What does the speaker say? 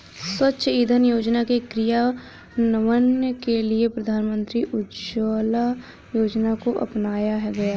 स्वच्छ इंधन योजना के क्रियान्वयन के लिए प्रधानमंत्री उज्ज्वला योजना को अपनाया गया